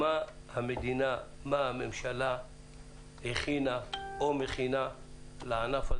מה המדינה, מה הממשלה הכינה או מכינה לענף,